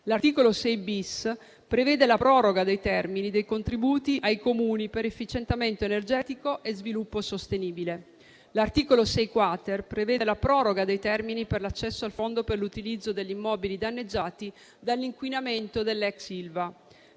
L'articolo 6-*bis* prevede la proroga dei termini dei contributi ai Comuni per efficientamento energetico e sviluppo sostenibile. L'articolo 6-*quater* prevede la proroga dei termini per l'accesso al fondo per l'utilizzo degli immobili danneggiati dall'inquinamento dell'ex Ilva.